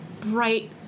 bright